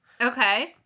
Okay